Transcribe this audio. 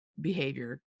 behavior